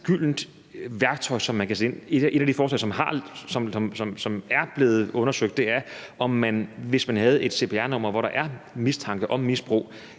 ét gyldent værktøj, som man kan sætte ind med. Et af de forslag, som er blevet undersøgt, er, om man, hvis man havde et cpr-nummer, hvor der er mistanke om misbrug,